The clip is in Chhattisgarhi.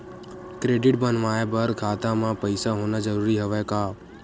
क्रेडिट बनवाय बर खाता म पईसा होना जरूरी हवय का?